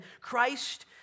christ